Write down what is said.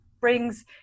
brings